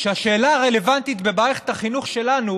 שהשאלה הרלוונטית במערכת החינוך שלנו